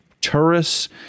tourists